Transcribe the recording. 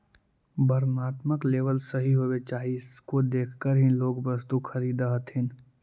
वर्णात्मक लेबल सही होवे चाहि इसको देखकर ही लोग वस्तु खरीदअ हथीन